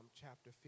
chapter